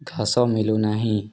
ଘାସ ମିଳୁନାହିଁ